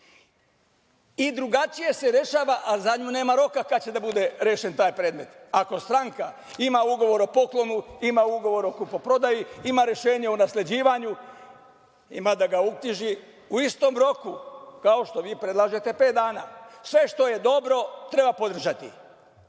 i drugačije se rešava, a za nju nema roka kad će da bude rešen taj predmet. Ako stranka ima ugovor o poklonu, ima ugovor o kupoprodaji, ima rešenje o nasleđivanju, ima da ga uknjiži u istom roku kao što vi predlažete pet dana. Sve što je dobro treba podržati.